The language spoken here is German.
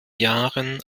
jahren